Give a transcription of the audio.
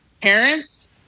parents